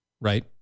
Right